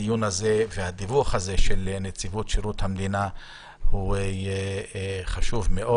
הדיון הזה והדיווח הזה של נציבות שירות המדינה חשוב מאוד.